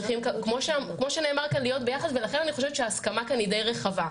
ואני חושבת שההסכמה כאן היא די רחבה.